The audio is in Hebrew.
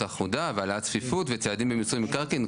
אחודה והעלאת צפיפות וצעדים במיסוי מקרקעין.